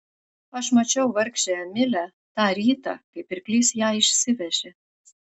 aš mačiau vargšę emilę tą rytą kai pirklys ją išsivežė